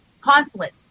Consulate